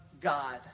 God